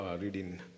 reading